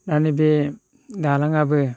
दानि बे दालाङाबो